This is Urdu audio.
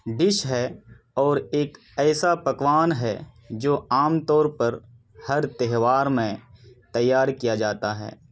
ڈش ہے اور ایک ایسا پکوان ہے جو عام طور پر ہر تیہوار میں تیار کیا جاتا ہے